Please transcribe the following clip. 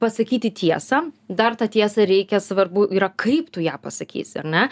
pasakyti tiesą dar tą tiesą reikia svarbu yra kaip tu ją pasakysi ar ne